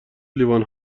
لیوان